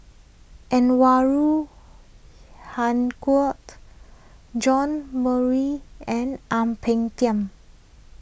Anwarul Haque John and Ang Peng Tiam